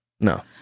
No